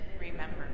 remember